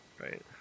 Right